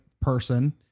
person